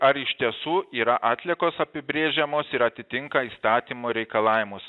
ar iš tiesų yra atliekos apibrėžiamos ir atitinka įstatymo reikalavimus